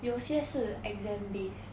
有些是 exam based